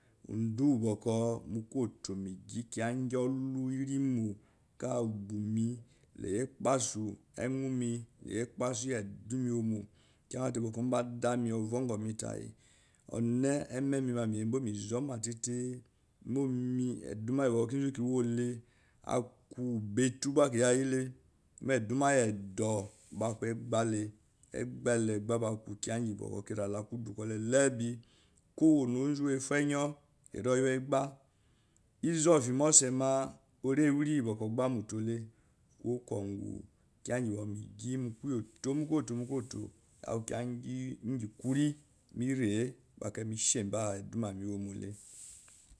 Ndu uwuboku mokoto megi kiya ngu olu kala ubome la yi ekpasu engyorme leyi ekpasu iyi eduma ewomo iye bokur mbadame ovo guo matai ememi teutei meyenbo me zoma teitei mo eduma iyi kenzo ku wole aku obetuo gba kiyayile moo eduma iye dou gba aku egbale egba aku kiya ngi kira la kudu kole lebe duka onzu wefinyo eri eyiwegba ezuafi mosehma eri ley kowo kongu mokwonto mokwotomegi kiya ngi kori